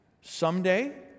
Someday